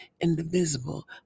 indivisible